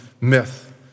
myth